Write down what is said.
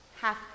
half